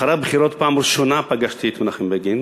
אחרי הבחירות פגשתי את מנחם בגין